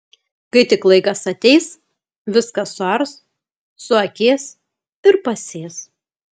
kai tik laikas ateis viską suars suakės ir pasės